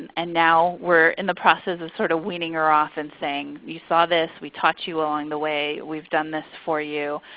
and now, we're in the process of sort of weaning her off and saying, you saw this. we taught you along the way. we've done this for you.